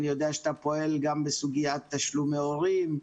אני יודע שאתה פועל גם בסוגיית תשלומי הורים,